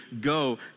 go